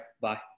bye